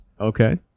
Okay